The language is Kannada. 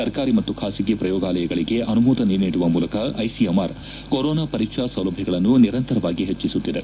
ಸರ್ಕಾರಿ ಮತ್ತು ಖಾಸಗಿ ಪ್ರಯೋಗಾಲಯಗಳಿಗೆ ಅನುಮೋದನೆ ನೀಡುವ ಮೂಲಕ ಐಸಿಎಂಆರ್ ಕೊರೊನಾ ಪರೀಕ್ಷಾ ಸೌಲಭ್ಯಗಳನ್ನು ನಿರಂತರವಾಗಿ ಹೆಚ್ಚಿಸುತ್ತಿದೆ